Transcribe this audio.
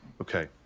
Okay